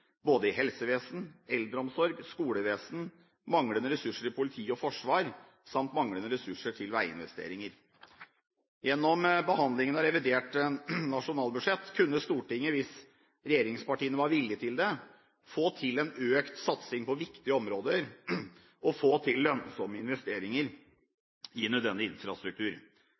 både i helsevesen, eldreomsorg og skolevesen og manglende ressurser i politi og forsvar samt manglende ressurser til veiinvesteringer. Gjennom behandlingen av revidert nasjonalbudsjett kunne Stortinget, hvis regjeringspartiene var villig til det, få til en økt satsing på viktige områder og få til lønnsomme investeringer i nødvendig infrastruktur.